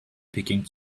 picking